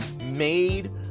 made